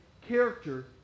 character